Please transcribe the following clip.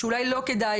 שאולי לא כדאי,